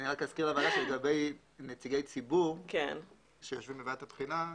אני רק אזכיר לוועדה שלגבי נציגי ציבור שיושבים בוועדת הבחינה,